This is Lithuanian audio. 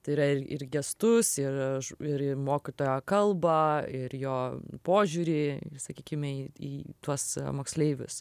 tai yra ir ir gestus ir ž ir mokytojo kalbą ir jo požiūrį sakykime į į tuos moksleivius